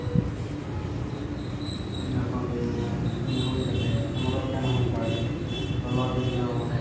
ᱡᱚᱠᱷᱚᱱ ᱢᱟᱱᱮ ᱩᱱᱤ ᱦᱩᱭ ᱠᱟᱛᱮ ᱟᱝᱨᱚᱯ ᱯᱮᱱ ᱦᱚᱸ ᱚᱱᱠᱟᱜᱮ ᱞᱚᱞᱚ ᱫᱤᱱ ᱫᱚ